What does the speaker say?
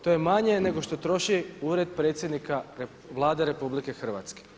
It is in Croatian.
To je manje nego što troši Ured predsjednika Vlade RH.